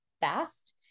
fast